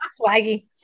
Swaggy